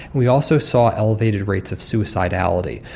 we also saw elevated rates of suicidality.